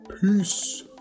Peace